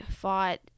fought